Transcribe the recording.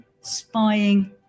spying